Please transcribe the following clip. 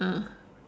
ah